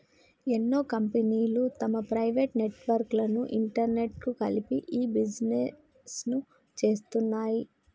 ఎన్నో కంపెనీలు తమ ప్రైవేట్ నెట్వర్క్ లను ఇంటర్నెట్కు కలిపి ఇ బిజినెస్ను చేస్తున్నాయి